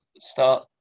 start